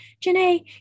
Janae